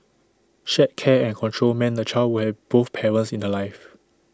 shared care and control meant the child would have both parents in her life